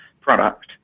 product